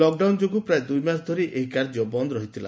lockdown ଯୋଗୁଁ ପ୍ରାୟ ଦୁଇ ମାସ ଧରି ଏହି କାର୍ଯ୍ୟ ବନ୍ଦ୍ ରହିଥିଲା